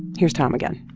here's tom again